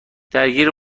درگیر